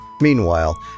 Meanwhile